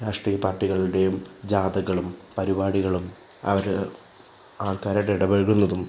രാഷ്ട്രീയ പാർട്ടികളുടെയും ജാഥകളും പരിപാടികളും അവർ ആൾക്കാരായിട്ട് ഇടപഴകുന്നതും